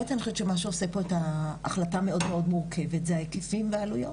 אני חושבת שעצם הקמת המסד הלאומי זה היה צעד ענק.